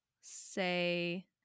say